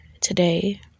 today